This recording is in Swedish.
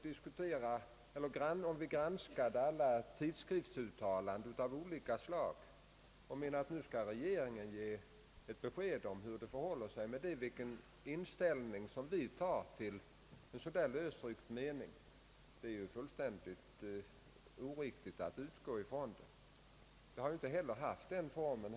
Det kan ju inte vara rimligt att av regeringen kräva besked om dess inställning till lösryckta meningar i tidskriftsuttalanden av olika slag. Det är fullständigt oriktigt att utgå från det. Det hela har inte heller haft den formen.